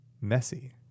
messy